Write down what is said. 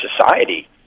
society